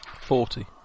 forty